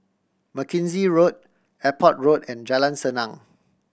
Mackenzie Road Airport Road and Jalan Senang